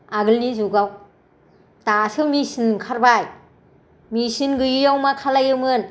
आगोलनि जुगाव दासो मेसिन ओंखारबाय मेसिन गैयियाव मा खालायोमोन